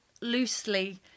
loosely